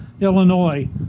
Illinois